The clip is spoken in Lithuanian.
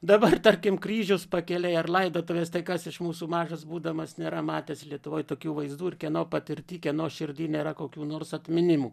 dabar tarkim kryžius pakelėj ar laidotuvės tai kas iš mūsų mažas būdamas nėra matęs lietuvoj tokių vaizdų ir kieno patirty kieno širdy nėra kokių nors atminimų